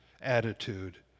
attitude